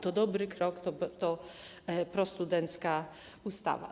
To dobry krok, to prostudencka ustawa.